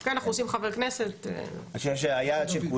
אני חושב שהיעד של כל